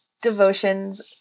devotions